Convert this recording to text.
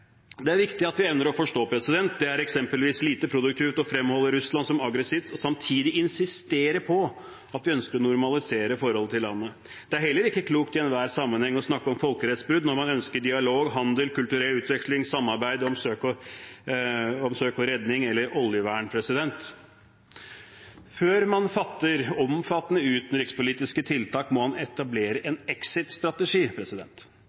Det er viktig at vi evner å forstå at det eksempelvis er lite produktivt å fremholde Russland som aggressivt og samtidig insistere på at vi ønsker å normalisere forholdet til landet. Det er heller ikke klokt i enhver sammenheng å snakke om folkerettsbrudd når man ønsker dialog, handel, kulturell utveksling, samarbeid om søk og redning eller om oljevern. Før man fatter omfattende utenrikspolitiske vedtak må man etablere